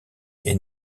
est